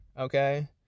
okay